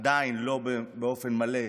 עדיין לא באופן מלא,